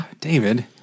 David